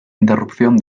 interrupción